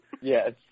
Yes